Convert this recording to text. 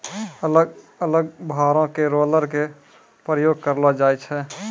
अलग अलग भारो के रोलर के प्रयोग करलो जाय छै